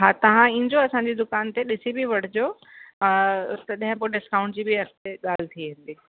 हा तां ईंदो असांजी दुकान ते ॾिसी बि वठिजो तॾहिं पो डिस्काउंट जी बि ॻाल्हि थी वेंदी